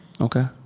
Okay